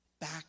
back